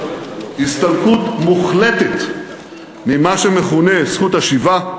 הסתלקות מוחלטת ממה שמכונה "זכות השיבה",